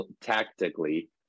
Tactically